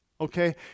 okay